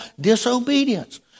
disobedience